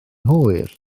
hwyr